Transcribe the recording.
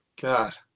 God